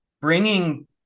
bringing